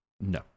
no